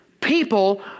people